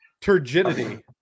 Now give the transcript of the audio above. Turgidity